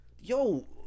yo